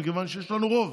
מכיוון שיש לנו רוב.